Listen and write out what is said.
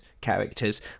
characters